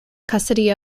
custody